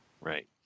Right